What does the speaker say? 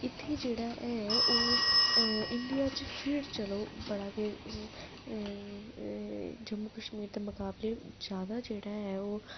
इत्थै जेह्ड़ा ऐ ओह् इंडिया च फ्ही चलो बड़ा गै जम्मू कश्मीर दे मकाबले जैदा जेह्ड़ा ऐ ओह् आर्टिस्ट फील्ड गी